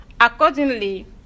Accordingly